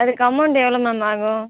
அதுக்கு அமௌண்டு எவ்வளோ மேம் ஆகும்